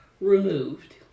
removed